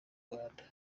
rwanda